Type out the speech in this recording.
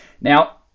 Now